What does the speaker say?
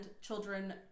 children